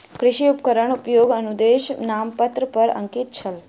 कृषि उपकरणक उपयोगक अनुदेश नामपत्र पर अंकित छल